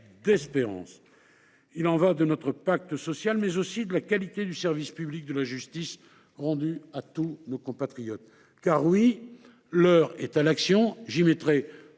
d’espérance. Il y va de notre pacte social, mais aussi de la qualité du service public de la justice rendu à tous nos compatriotes. En effet, si l’heure est à l’action – j’y mettrai